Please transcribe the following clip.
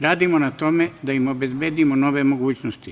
Radimo na tome da im obezbedimo nove mogućnosti.